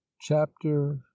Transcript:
chapter